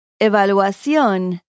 evaluación